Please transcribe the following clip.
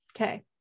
Okay